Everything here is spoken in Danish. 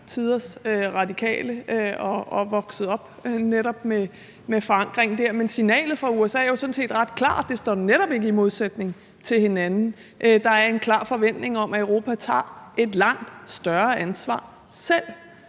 tiders radikale, og vokset op netop med forankringen der. Men signalet fra USA er jo sådan set ret klart. Det står netop ikke i modsætning til hinanden. Der er en klar forventning om, at Europa tager et langt større ansvar selv.